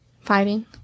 fighting